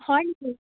হয় নিকি